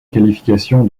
qualification